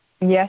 Yes